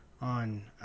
on